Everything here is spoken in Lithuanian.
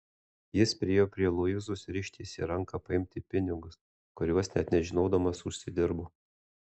jis priėjo prie luizos ir ištiesė ranką paimti pinigus kuriuos net nežinodamas užsidirbo